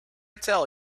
tell